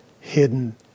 hidden